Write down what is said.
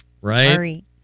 Right